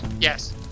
Yes